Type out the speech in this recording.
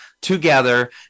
together